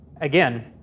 Again